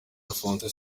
alphonse